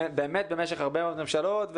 באמת במשך הרבה מאוד ממשלות.